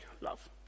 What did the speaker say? love